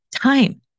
time